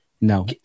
no